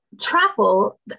travel